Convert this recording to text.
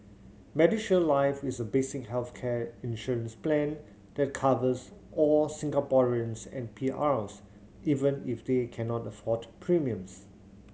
MediShield Life is a basic healthcare insurance plan that covers all Singaporeans and P Rs even if they cannot afford premiums